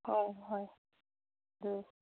ꯍꯣꯏ ꯍꯣꯏ ꯑꯗꯨ